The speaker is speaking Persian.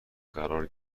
قرار